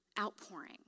outpouring